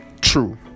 True